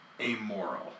amoral